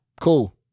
Cool